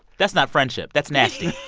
that's not friendship. that's nasty